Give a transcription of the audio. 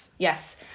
Yes